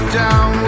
down